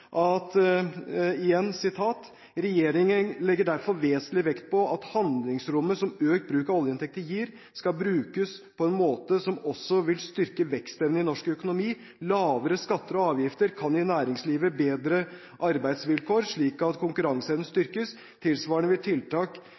legger derfor vesentlig vekt på at handlingsrommet som økt bruk av oljeinntekter gir, skal brukes på en måte som også vil styrke vekstevnen til norsk økonomi. Lavere skatter og avgifter kan gi næringslivet bedre arbeidsvilkår, slik at konkurranseevnen styrkes. Tilsvarende vil tiltak